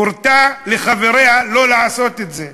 הורתה לחבריה לא לעשות את זה,